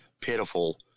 pitiful